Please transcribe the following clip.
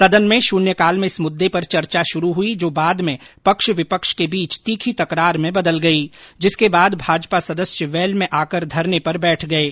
सदन में शून्य काल में इस मुद्दे पर चर्चा शूरू हुई जो बाद में पक्ष विपक्ष के बीच तीखी तकरार में बदल गई जिसके बाद भाजपा सदस्य वेल में आकर धरने पर बैठ गये